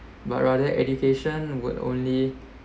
but rather education would only